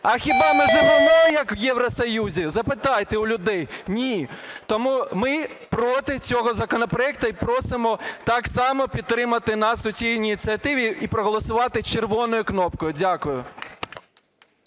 А хіба ми живемо, як в Євросоюзі – запитайте у людей. Ні. Тому ми проти цього законопроекту і просимо так само підтримати наші всі ініціативи і проголосувати червою кнопкою. Дякую.